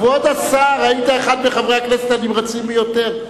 היית אחד מחברי הכנסת הנמרצים ביותר,